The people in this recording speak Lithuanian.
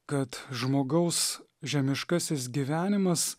kad žmogaus žemiškasis gyvenimas